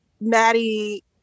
Maddie